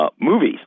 Movies